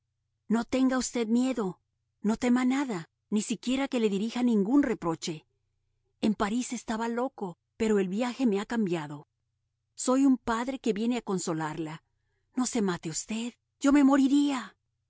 no tenga usted miedo no tema nada ni siquiera que le dirija ningún reproche en parís estaba loco pero el viaje me ha cambiado soy un padre que viene a consolarla no se mate usted yo me moriría